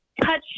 touch